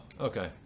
okay